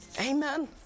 Amen